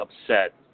upset